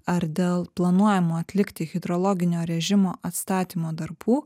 ar dėl planuojamo atlikti hidrologinio režimo atstatymo darbų